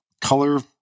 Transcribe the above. color